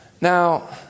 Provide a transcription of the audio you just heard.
Now